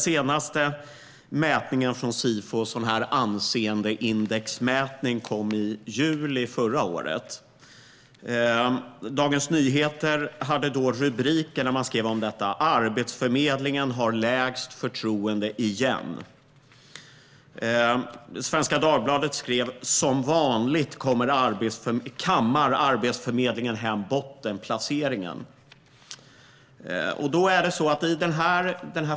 Sifos senaste anseendeindexmätning kom i juli förra året. Dagens Nyheter beskrev detta under rubriken: Arbetsförmedlingen har lägst förtroende igen . Svenska Dagbladet skrev: Som vanligt kammar Arbetsförmedlingen hem bottenplaceringen .